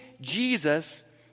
Jesus